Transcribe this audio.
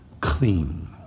clean